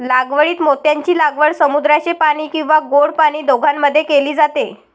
लागवडीत मोत्यांची लागवड समुद्राचे पाणी किंवा गोड पाणी दोघांमध्ये केली जाते